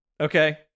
Okay